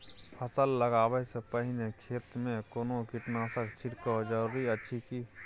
फसल लगबै से पहिने खेत मे कोनो कीटनासक छिरकाव जरूरी अछि की?